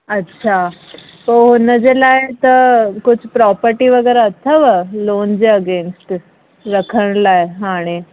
अच्छा पोइ हुन जे लाइ त कुझु प्रॉपटी वग़ैरह अथव लोन जे अगेंस्ट रखण लाए हाणे